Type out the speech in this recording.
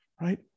right